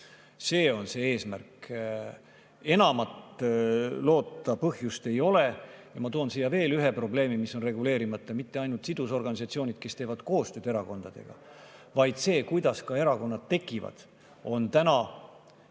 See on see eesmärk. Enamat loota põhjust ei ole. Ma toon siia veel ühe probleemi, mis on reguleerimata. Mitte ainult sidusorganisatsioonid, kes teevad koostööd erakondadega, [ei ole arutelukoht], vaid see, kuidas ka erakonnad tekivad, on täna,